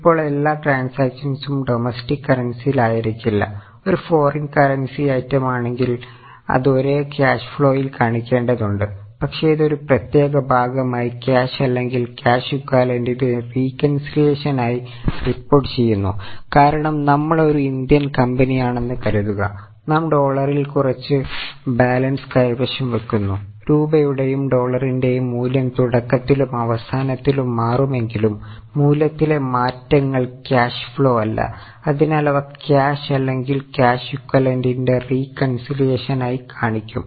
ഇപ്പോൾ എല്ലാ ട്രാൻസാക്ഷൻസും ഡോമെസ്റ്റിക്ക് കറൻസിയിലായിരിക്കില്ല ആയി കാണിക്കും